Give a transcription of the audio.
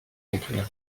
emplois